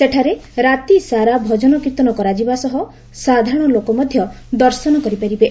ସେଠାରେ ରାତିସାରା ଭଜନ କୀର୍ତ୍ତନ କରାଯିବା ସହ ସାଧାରଶ ଲୋକ ଦର୍ଶନ କରିପାରିବେ